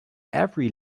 every